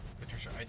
Patricia